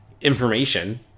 information